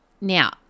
Now